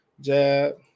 jab